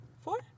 Four